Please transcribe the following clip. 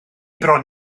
bron